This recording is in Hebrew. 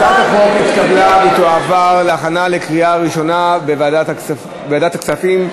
הצעת החוק התקבלה ותועבר להכנה לקריאה ראשונה בוועדת הכספים.